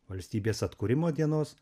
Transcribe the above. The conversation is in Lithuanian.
valstybės atkūrimo dienos